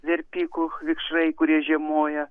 verpikų vikšrai kurie žiemoja